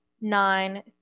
nine